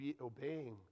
obeying